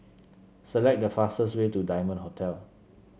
select the fastest way to Diamond Hotel